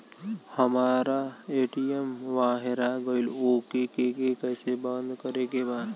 हमरा ए.टी.एम वा हेरा गइल ओ के के कैसे बंद करे के बा?